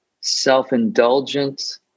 self-indulgent